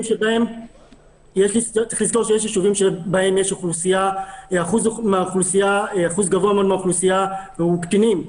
צריך לזכור שיש ישובים שבהם אחוז גבוה מן האוכלוסייה הוא קטינים,